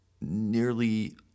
nearly